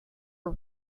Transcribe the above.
are